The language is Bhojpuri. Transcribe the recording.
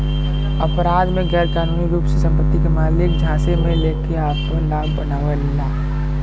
अपराध में गैरकानूनी रूप से संपत्ति के मालिक झांसे में लेके आपन लाभ बनावेला